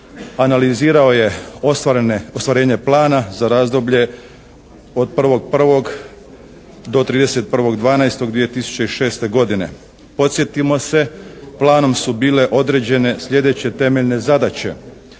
analizirao je ostvarenje plana za razdoblje od 1.1. do 31.12.2006. godine. Podsjetimo se, planom su bile određene slijedeće temeljne zadaće.